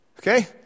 Okay